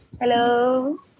Hello